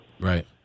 Right